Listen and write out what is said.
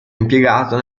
impiegato